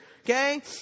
Okay